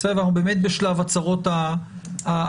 אנחנו באמת בשלב הצהרות הפתיחה.